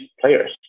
players